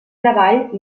treball